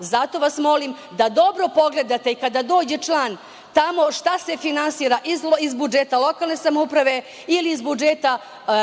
Zato vas molim da dobro pogledate kada dođe član tamo šta se finansira iz budžeta lokalne samouprave ili iz